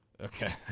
Okay